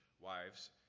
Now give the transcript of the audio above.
Wives